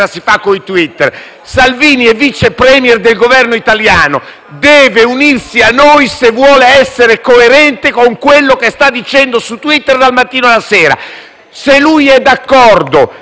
Salvini è Vice *Premier* del Governo italiano e deve unirsi a noi, se vuole essere coerente con quello che sta dicendo su Twitter dal mattino alla sera. *(Applausi della